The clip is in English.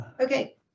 okay